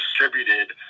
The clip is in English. distributed